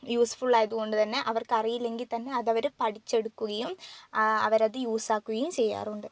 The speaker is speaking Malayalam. യൂസ്ഫുൾ ആയതുകൊണ്ട് തന്നെ അവർക്ക് അറിയില്ലെങ്കിൽ തന്നെ അത് അവർ പഠിച്ചെടുക്കുകയും അവരത് യൂസ് ആക്കുകയും ചെയ്യാറുണ്ട്